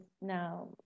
now